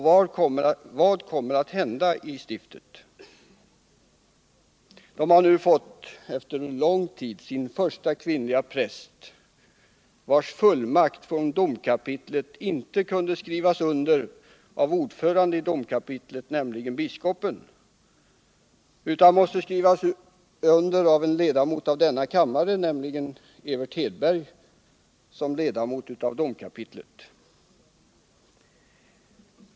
Vad kommer att hända t suftet? Stiftet har nu. efter en lång ud, fått sin första kvinnliga präst, vilkens fullmakt från domkapitlet inte kunde skrivas under av ordföranden i domkapitlet. nämligen biskopen, utan måste skrivas under av en ledamot av denna 181 kammare, Evert Hedberg, som är ledamot av domkapitlet.